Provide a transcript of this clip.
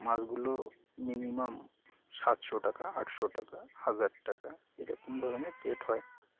মাছগুলো মিনিমাম সাতশো টাকা আটশো টাকা হাজার টাকা এরকম ধরনের রেট হয়